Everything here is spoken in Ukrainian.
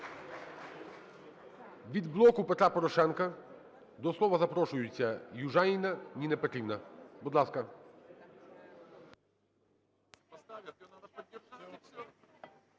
Від "Блоку Петра Порошенка" до слова запрошуєтьсяЮжаніна Ніна Петрівна, будь ласка.